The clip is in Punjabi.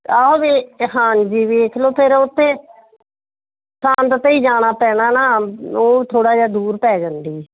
ਤਾਂ ਵੇ ਹਾਂਜੀ ਵੇਖ ਲਓ ਫਿਰ ਉੱਥੇ ਸੰਦ 'ਤੇ ਹੀ ਜਾਣਾ ਪੈਣਾ ਨਾ ਉਹ ਥੋੜ੍ਹਾ ਜਿਹਾ ਦੂਰ ਪੈ ਜਾਂਦੀ